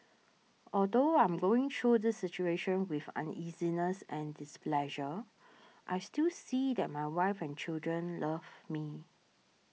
although I'm going through this situation with uneasiness and displeasure I still see that my wife and children love me